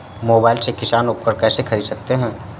Mobile से किसान उपकरण कैसे ख़रीद सकते है?